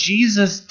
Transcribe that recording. Jesus